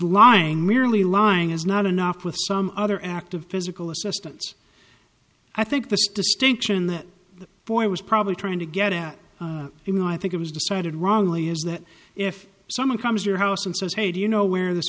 lying merely lying is not enough with some other act of physical assistance i think this distinction that the boy was probably trying to get at even though i think it was decided wrongly is that if someone comes your house and says hey do you know where this